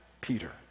Peter